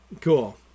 cool